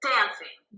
Dancing